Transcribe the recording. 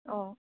অঁ